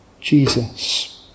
Jesus